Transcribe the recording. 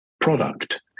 product